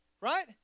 right